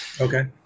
Okay